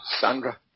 Sandra